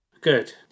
Good